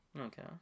okay